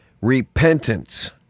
repentance